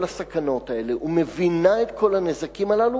הסכנות האלה ומבינה את כל הנזקים הללו,